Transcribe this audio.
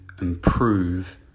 improve